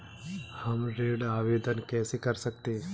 हम ऋण आवेदन कैसे कर सकते हैं?